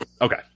Okay